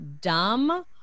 dumb